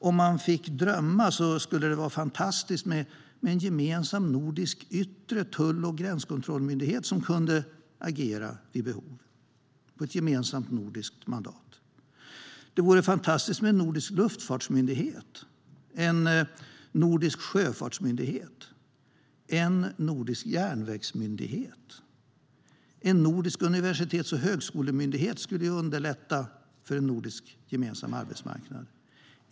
Om jag får drömma skulle jag säga att det skulle vara fantastiskt med en gemensam nordisk yttre tull och gränskontrollmyndighet som kan agera vid behov med ett gemensamt nordiskt mandat. Det skulle vara fantastiskt med en nordisk luftfartsmyndighet, en nordisk sjöfartsmyndighet och en nordisk järnvägsmyndighet. En nordisk universitets och högskolemyndighet skulle underlätta för en gemensam nordisk arbetsmarknad.